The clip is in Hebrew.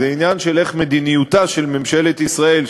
זה עניין של איך מדיניותה של ממשלת ישראל,